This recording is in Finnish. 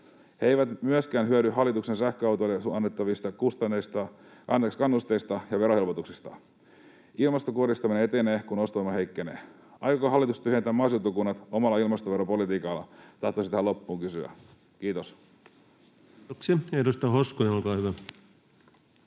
He eivät myöskään hyödy hallituksen sähköautoille antamista kannusteista ja verohelpotuksista. Ilmastokuristaminen etenee, kun ostovoima heikkenee. Aikooko hallitus tyhjentää maaseutukunnat omalla ilmastoveropolitiikallaan, tahtoisin tähän loppuun kysyä. — Kiitos. Kiitoksia. — Edustaja Hoskonen, olkaa hyvä.